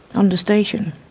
and station.